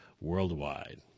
Worldwide